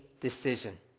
decision